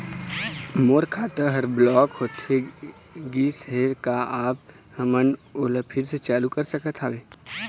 मोर खाता हर ब्लॉक होथे गिस हे, का आप हमन ओला फिर से चालू कर सकत हावे?